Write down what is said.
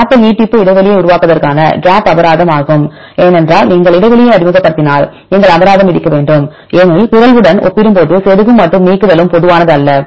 கேப்யில் நீட்டிப்பு இடைவெளியை உருவாக்குவதற்கான கேப் அபராதம்ஆகும் ஏனென்றால் நீங்கள் இடைவெளியை அறிமுகப்படுத்தினால் நாங்கள் அபராதம் விதிக்க வேண்டும் ஏனெனில் பிறழ்வுடன் ஒப்பிடும்போது செருகும் மற்றும் நீக்குதலும் பொதுவானதல்ல